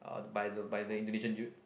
uh by the by the Indonesian dude